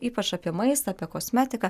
ypač apie maistą apie kosmetiką